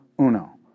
uno